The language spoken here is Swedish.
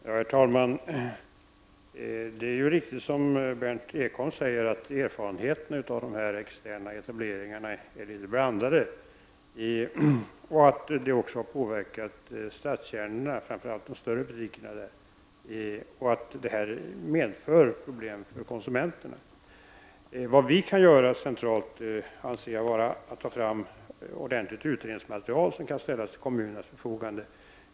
Herr talman! Det är riktigt som Berndt Ekholm säger att erfarenheterna av de externa etableringarna är litet blandade och att de också har påverkat framför allt de större butikerna i stadskärnorna. Det medför problem för konsumenterna. Det vi kan göra centralt anser jag vara att ta fram ordentligt utredningsmaterial, som kan ställas till kommunernas förfogande.